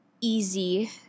easy